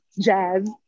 Jazz